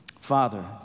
Father